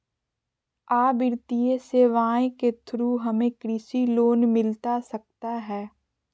आ वित्तीय सेवाएं के थ्रू हमें कृषि लोन मिलता सकता है?